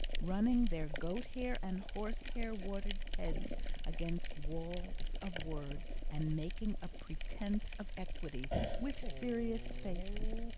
running their goat-hair and horsehair warded heads against walls of words and making a pretence of equity with serious faces,